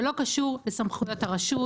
זה לא קשור לסמכויות הרשות,